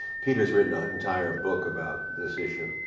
peter has written an entire book about this issue.